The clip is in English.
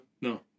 No